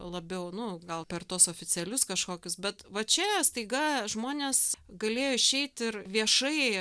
labiau nu gal per tuos oficialius kažkokius bet va čia staiga žmonės galėjo išeiti ir viešai